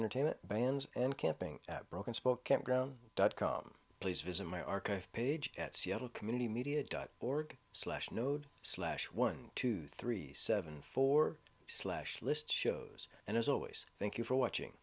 entertainment bans and camping at broken spoke campground dot com please visit my archive page at seattle community media dot org slash node slash one two three seven four slash list shows and as always thank you for watching